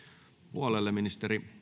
puolelle ministeri